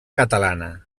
catalana